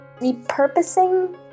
repurposing